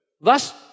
Thus